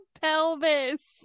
pelvis